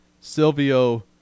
Silvio